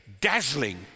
dazzling